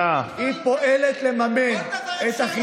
אולי תגיד גם את זה?